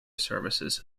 services